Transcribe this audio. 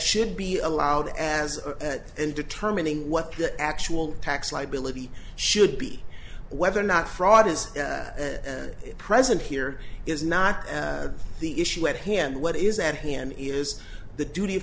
should be allowed as in determining what the actual tax liability should be whether or not fraud is present here is not the issue at hand what is at hand is the duty of